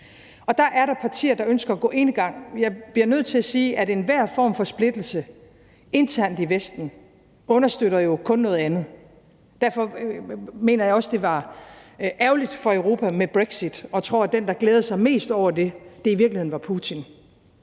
og der er der partier, der ønsker at gå enegang. Men jeg bliver nødt til at sige, at enhver form for splittelse internt i Vesten jo kun understøtter noget andet. Derfor mener jeg også, det var ærgerligt for Europa med brexit, og jeg tror, at den, der glædede sig mest over det, i virkeligheden var Putin.